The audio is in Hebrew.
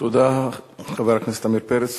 תודה לחבר הכנסת עמיר פרץ.